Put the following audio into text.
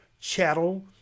chattel